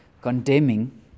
condemning